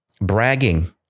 bragging